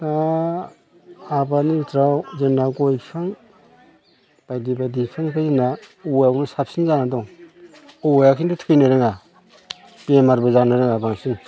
दा आबादनि बिथोराव जोंना गय बिफां बायदि बायदि बिफांफोरा औवाया साबसिन जाना दं औवाया खिन्थु थैनो रोङा बेमारबो जानो रोङा बांसिन